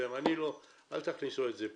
אל תכניסו את זה פה.